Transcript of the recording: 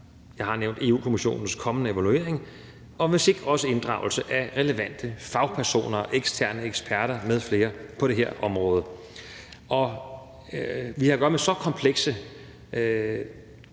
jeg har nævnt EU-Kommissionens kommende evaluering – og også inddragelse af relevante fagpersoner, eksterne eksperter med flere på det her område. Vi har at gøre med så kompleks